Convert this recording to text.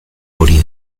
hori